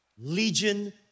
Legion